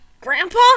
Grandpa